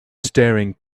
staring